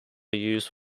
used